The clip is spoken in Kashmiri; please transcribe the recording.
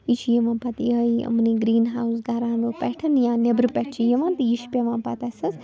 یہِ چھِ یِوان پتہٕ یِہوٚے یِمنٕے گرٛیٖن ہاوُس گرانو پٮ۪ٹھ یا نٮ۪برٕ پٮ۪ٹھ چھِ یِوان تہٕ یہِ چھِ پٮ۪وان پتہٕ اَسہِ حظ